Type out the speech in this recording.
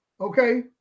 okay